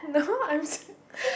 no I'm still